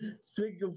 speaking